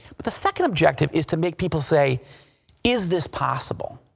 but the second objective is to make people say is this possible?